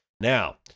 Now